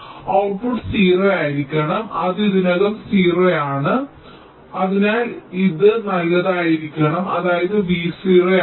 അതിനാൽ ഔട്ട്പുട്ട് 0 ആയിരിക്കണം അത് ഇതിനകം 0 ആണ് അതിനാൽ അത് നല്ലതായിരിക്കണം അതായത് v 0 ആണ്